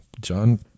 john